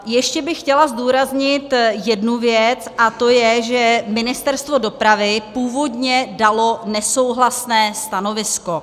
Ještě bych chtěla zdůraznit jednu věc, a to že Ministerstvo dopravy původně dalo nesouhlasné stanovisko.